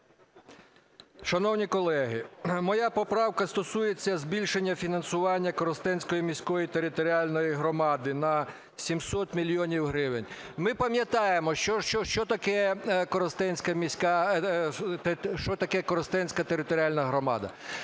Шановні колеги, моя поправка стосується збільшення фінансування коростенської міської територіальної громади на 700 мільйонів гривень. Ми пам'ятаємо, що таке коростенська територіальна громада,